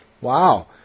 wow